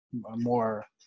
more